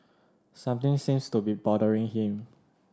something seems to be bothering him